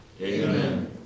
Amen